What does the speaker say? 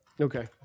Okay